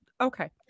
Okay